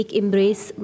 embrace